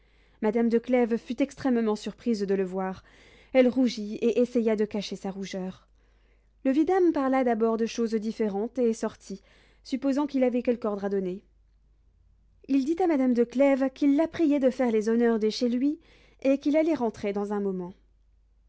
madame de clèves fut extrêmement surprise de le voir elle rougit et essaya de cacher sa rougeur le vidame parla d'abord de choses différentes et sortit supposant qu'il avait quelque ordre à donner il dit à madame de clèves qu'il la priait de faire les honneurs de chez lui et qu'il allait rentrer dans un moment